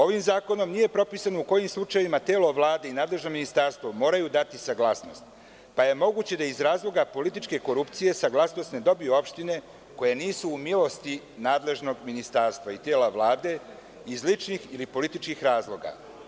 Ovim zakonom nije propisano u kojim slučajevima telo Vlade i nadležno ministarstvo moraju dati saglasnost, pa je moguće da iz razloga političke korupcije, saglasnost ne dobiju opštine koje nisu u milosti nadležnog ministarstva i tela Vlade iz ličnih ili političkih razloga.